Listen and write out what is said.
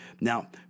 Now